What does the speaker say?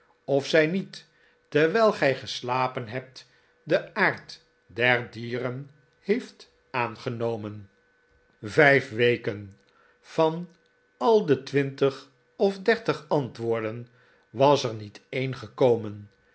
of zij niet terwijl gij geslapen hebt den aard der dieren heeft aangenomen vijf wekenl van al de twintig of dertig antwoorden was er niet een